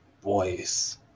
boys